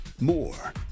More